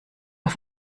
auf